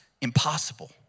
impossible